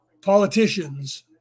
politicians